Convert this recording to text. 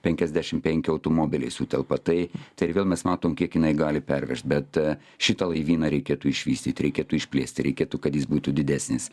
penkiasdešim penki automobiliai sutelpa tai tai ir vėl mes matom kiek jinai gali pervežt bet šitą laivyną reikėtų išvystyt reikėtų išplėsti reikėtų kad jis būtų didesnis